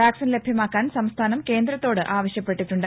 vaccine ലഭ്യമാക്കാൻ സംസ്ഥാനം കേന്ദ്രത്തോട് ആവശ്യപ്പെട്ടിട്ടുണ്ട്